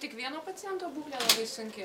tik vieno paciento būklė labai sunki